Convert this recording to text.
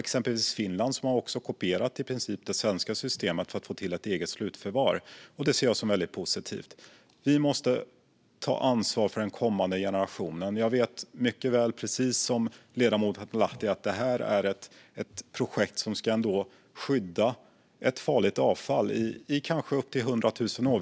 Exempelvis har Finland i princip kopierat det svenska systemet för att få till ett eget slutförvar, och det ser jag som väldigt positivt. Vi måste ta ansvar för den kommande generationen. Jag vet mycket väl, precis som ledamoten Lahti, att det här är ett projekt som ska skydda ett farligt avfall i kanske upp till hundra tusen år.